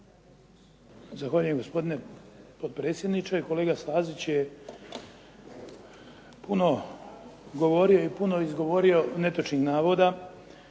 Zahvaljujem gospodine potpredsjedniče. Kolega Stazić je puno govorio i puno izgovorio netočnih navoda.